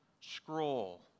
scroll